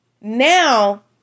Now